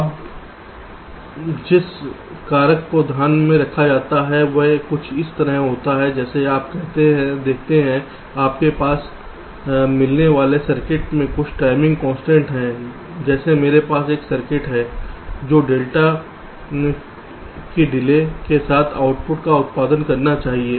अब जिस कारक को ध्यान में रखा जाता है वह कुछ इस तरह होता है जैसे आप देखते हैं आपके पास मिलने वाले सर्किट में कुछ टाइमिंग कंस्ट्रेंट है जैसे मेरे पास एक सर्किट है जो डेल्टा की डिले के बाद आउटपुट का उत्पादन करना चाहिए